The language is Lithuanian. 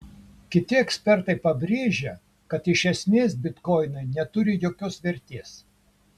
kiti ekspertai pabrėžia kad iš esmės bitkoinai neturi jokios vertės